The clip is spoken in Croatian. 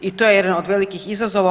I to je jedan od velikih izazova.